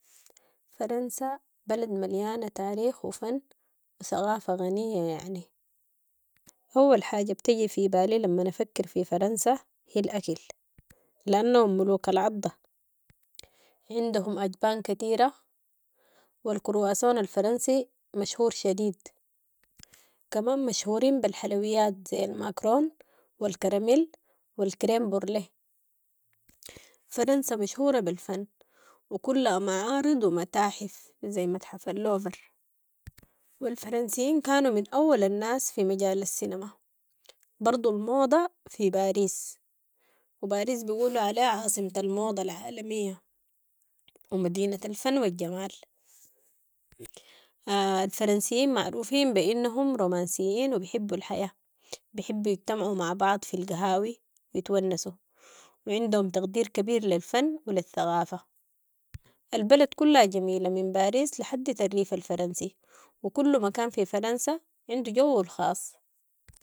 فرنسا بلد مليانة تاريخ وفن وثقافة غنية، يعني أول حاجة بتيجي في بالي لمن افكر في فرنسا هي الاكل لأنهم ملوك العضة عندهم اجبان كتيرة والكرواسون الفرنسي مشهور وكمان مشهوريين بالحلويات زي الماكارون والكراميل والكريم بروليه، فرنسا مشهورة بالفن وكلها معارض ومتاحف زي متحف اللوفر و الفرنسيين كانوا من اول الناس في مجال السينما برضو الموضة في باريس وباريس بقولوا عليها عاصمة الموضة العالمية ومدينة الفن والجمال، الفرنسيين معروفين انهم رومانسيين وبحبوا الحياة بيحبوا يتجمعوا مع بعض في القهاوي ويتونسوا وعندهم تقدير كبير للفن وللثقافة ،البلد كلها جميلة من باريس لحدي الريف الفرنسي وكل مكان في فرنسا عنده جوه الخاص.